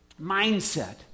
mindset